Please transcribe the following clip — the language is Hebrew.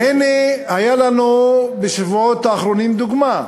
והנה, הייתה לנו בשבועות האחרונים דוגמה,